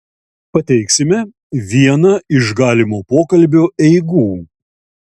pateiksime vieną iš galimo pokalbio eigų